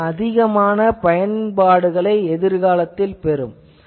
இவை அதிகமான பயன்பாடுகளை எதிர்காலத்தில் பெறும்